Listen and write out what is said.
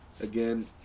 Again